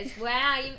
wow